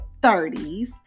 30s